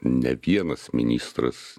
ne vienas ministras